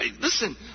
Listen